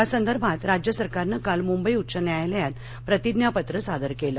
या संदर्भात राज्य सरकारनं काल मुंबई उच्च न्यायालयात प्रतिज्ञापत्र सादर केलं